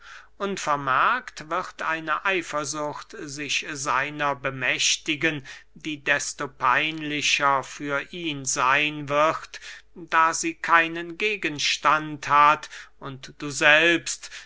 unvermerkt wird eine eifersucht sich seiner bemächtigen die desto peinlicher für ihn seyn wird da sie keinen gegenstand hat und du selbst